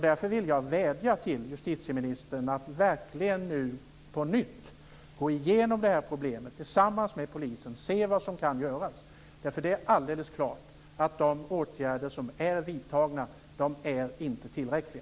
Därför vill jag vädja till justitieministern att på nytt gå igenom det här problemet tillsammans med polisen och se vad som kan göras. Det är nämligen alldeles klart att de åtgärder som är vidtagna inte är tillräckliga.